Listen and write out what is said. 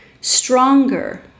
stronger